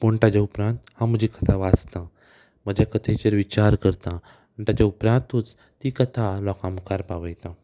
पूण ताज्या उपरांत हांव म्हजी कथा वाचतां म्हज्या कथेचेर विचार करता ताज्या उपरांतूच ती कथा हांव लोकां मुखार पावयतां